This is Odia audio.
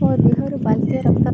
ମୋ ଦେହରୁ ବାଲତିଏ ରକ୍ତ